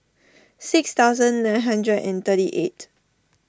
six thousand nine hundred and thirty eight